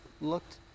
looked